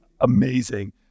amazing